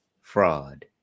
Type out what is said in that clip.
fraud